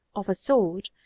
of a sort,